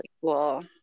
cool